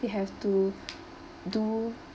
they have to do